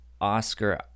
Oscar